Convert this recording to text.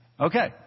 Okay